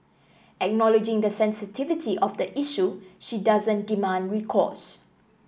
acknowledging the sensitivity of the issue she doesn't demand recourse